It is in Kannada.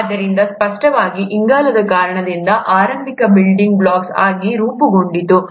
ಆದ್ದರಿಂದ ಸ್ಪಷ್ಟವಾಗಿ ಇಂಗಾಲದ ಕಾರಣದಿಂದಾಗಿ ಆರಂಭಿಕ ಬಿಲ್ಡಿಂಗ್ ಬ್ಲಾಕ್ಸ್ ಆಗಿ ರೂಪುಗೊಂಡಿತು